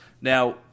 Now